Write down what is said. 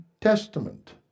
Testament